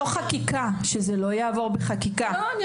כולנו